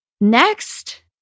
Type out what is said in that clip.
Next